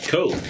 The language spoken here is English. Cool